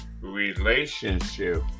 relationship